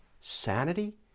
sanity